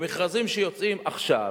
במכרזים שיוצאים עכשיו,